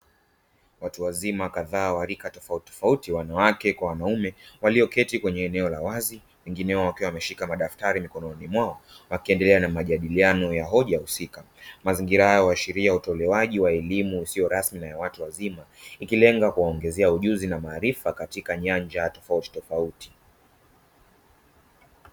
Watu wazima kadhaa wa rika tofautitofauti; wanawake kwa wanaume, walioketi kwenye eneo la wazi, wengine wao wakiwa wameshika madaftari mikononi mwao, wakiendelea na majadiliano ya hoja husika. Mazingira haya huashiria utolewaji wa elimu isiyo rasmi na ya watu wazima; ikilenga kuwaongezea ujuzi na maarifa katika nyanja tofautitofauti.